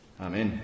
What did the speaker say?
Amen